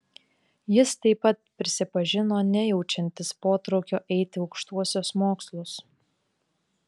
jis taip pat prisipažino nejaučiantis potraukio eiti aukštuosius mokslus